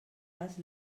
pas